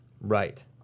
Right